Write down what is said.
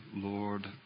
Lord